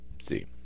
see